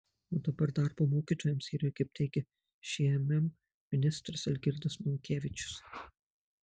o dabar darbo mokytojams yra kaip teigia šmm ministras algirdas monkevičius